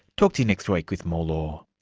talk to you next week with more law